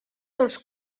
dels